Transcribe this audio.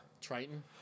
Triton